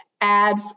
add